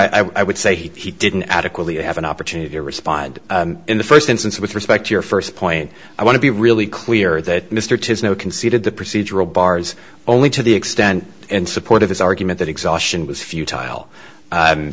honor i would say he didn't adequately have an opportunity to respond in the first instance with respect to your first point i want to be really clear that mr tibbs no conceded the procedural bars only to the extent and support of his argument that exhaustion was futile